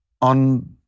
on